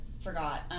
forgot